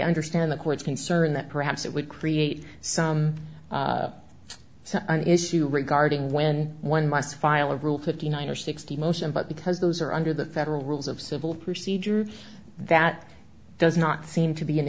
understand the court's concern that perhaps it would create some an issue regarding when one must file a rule fifty nine or sixty motion but because those are under the federal rules of civil procedure that does not seem to be an